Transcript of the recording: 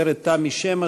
(עצור החשוד בעבירת ביטחון) (הוראת שעה) (תיקון מס' 4),